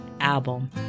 album